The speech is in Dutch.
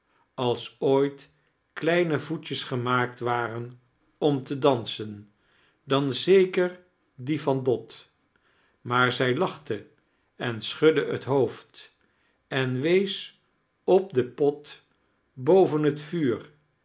als ooit kleine voetjes gemaakt waren om te dansen dan zeker die van dot maar zij lachte en schudde het hoofd en wees op den pot boven het vuur